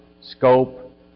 scope